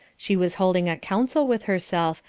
she was holding a counsel with herself,